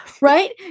Right